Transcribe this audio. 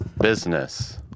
Business